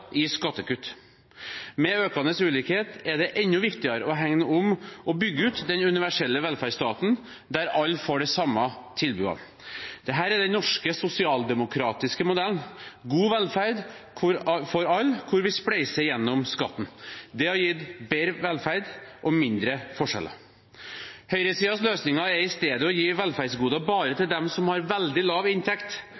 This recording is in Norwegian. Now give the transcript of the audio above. i skattekutt. Med økende ulikhet er det enda viktigere å hegne om og bygge ut den universelle velferdsstaten, der alle får de samme tilbudene. Dette er den norske sosialdemokratiske modellen – god velferd for alle, hvor vi spleiser gjennom skatten. Det har gitt bedre velferd og mindre forskjeller. Høyresidens løsninger er i stedet å gi velferdsgoder bare